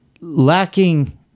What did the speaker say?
lacking